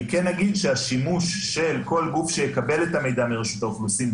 אני כן אגיד שהשימוש של כל גוף שיקבל את המידע מרשות האוכלוסין,